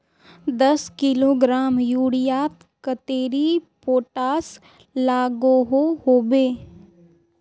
दस किलोग्राम यूरियात कतेरी पोटास लागोहो होबे?